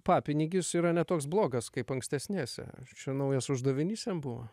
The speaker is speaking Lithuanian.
papinigis yra ne toks blogas kaip ankstesnėse čia naujas uždavinys jam buvo